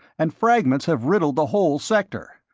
and fragments have riddled the whole sector.